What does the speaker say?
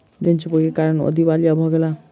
ऋण चुकबै के कारण ओ दिवालिया भ गेला